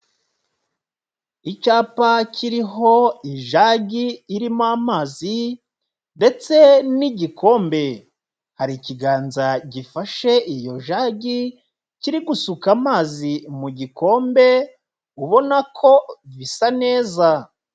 Icyapa kiriho ijagi irimo amazi ndetse n'igikombe, hari ikiganza gifashe iyo jagi, kiri gusuka amazi mu gikombe, ubona ko bisa neza.